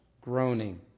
groaning